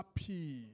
happy